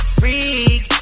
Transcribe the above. freak